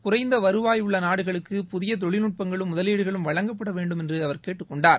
குறைந்த வருவாய் உள்ள நாடுகளுக்கு புதிய தொழில்நுட்பங்களும் முதலீடுகளும் வழங்கப்பட வேண்டும் என்று அவர் கேட்டுக்கொண்டார்